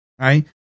right